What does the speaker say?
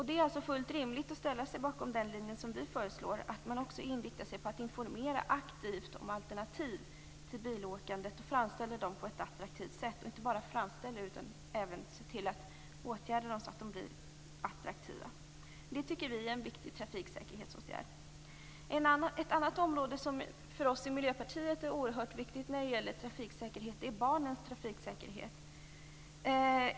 Det är alltså fullt rimligt att ställa sig bakom den linje som vi föreslår, att man också inriktar sig på att informera aktivt om alternativen till bilåkandet och framställa dem på ett attraktivt sätt och även se till att åtgärderna blir attraktiva. Det är en viktig trafiksäkerhetsåtgärd, enligt vår mening. Ett annat område som för oss i Miljöpartiet är oerhört viktigt är barnens trafiksäkerhet.